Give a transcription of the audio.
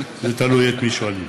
תלוי את מי שואלים.